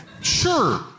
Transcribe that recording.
sure